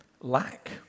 lack